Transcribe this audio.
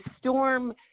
storm